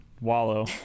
wallow